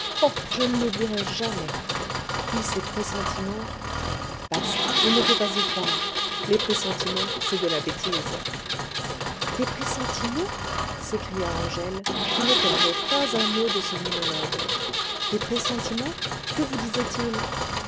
je ne l'oublierai jamais puis ces pressentiments bast il ne faut pas y croire les pressentiments c'est de la bêtise des pressentiments s'écria angèle qui ne perdait pas un mot de ce monologue des pressentiments que vous disaient-ils